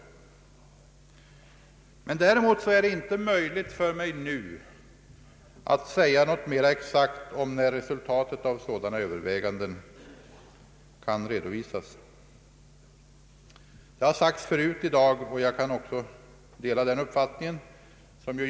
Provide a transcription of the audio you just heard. Jag har också framhållit att det inte är möjligt för mig att nu säga någonting mer exakt om när resultatet av sådana överväganden kan redovisas. Problemen är av mycket komplicerad natur och i många stycken av betydligt mer avancerat slag än frågan om det stöd som vi i dag diskuterar.